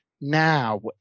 Now